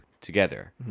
together